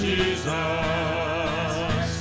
Jesus